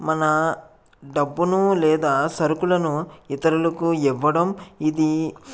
మన డబ్బును లేదా సరుకులను ఇతరులకు ఇవ్వడం ఇది